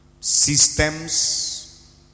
systems